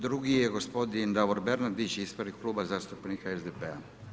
Drugi je gospodin Davor Bernardić, ispred kluba zastupnika SDP-a.